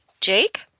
jake